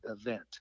event